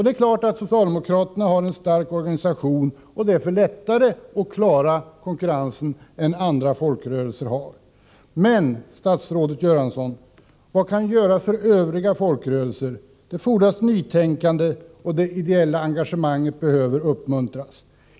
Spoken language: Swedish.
Det är klart att socialdemokraterna har en stark organisation och därför lättare att klara konkurrensen än andra folkrörelser har. Men, statsrådet Göransson, vad kan göras för övriga folkrörelser? Det fordras nytänkande, och det ideella engagemanget behöver uppmuntras.